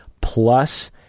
plus